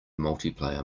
multiplayer